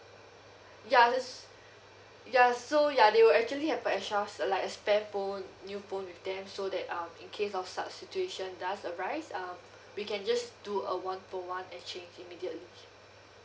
ya ya so ya they will actually have a extra like a spare phone new phone with them so that um in case of such situation does arise um we can just do a one for one exchange immediately